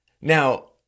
Now